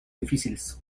difíciles